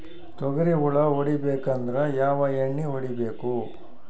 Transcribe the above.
ತೊಗ್ರಿ ಹುಳ ಹೊಡಿಬೇಕಂದ್ರ ಯಾವ್ ಎಣ್ಣಿ ಹೊಡಿಬೇಕು?